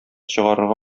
чыгарырга